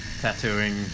tattooing